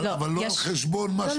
אבל לא על חשבון --- לא,